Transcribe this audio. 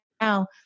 Now